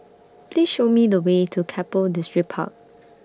Please Show Me The Way to Keppel Distripark